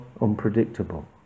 unpredictable